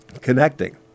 connecting